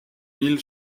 mille